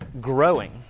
growing